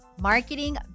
marketing